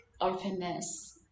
openness